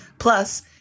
plus